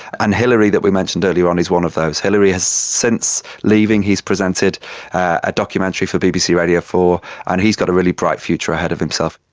and hilary that we mentioned earlier on is one of those. hilary has, since leaving he's presented a documentary for bbc radio four and he's got a really bright future ahead of himself.